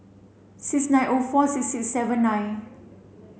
six nine O four six six seven nine